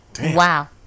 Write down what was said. wow